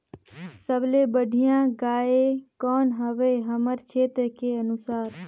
सबले बढ़िया गाय कौन हवे हमर क्षेत्र के अनुसार?